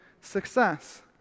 success